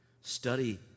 Study